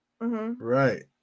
right